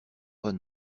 pas